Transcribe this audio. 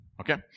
Okay